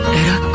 era